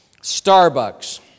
Starbucks